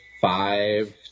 five